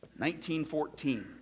1914